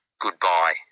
goodbye